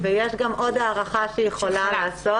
יש גם עוד הארכה שהיא יכולה לעשות,